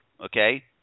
Okay